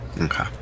Okay